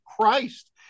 Christ